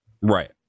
Right